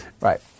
Right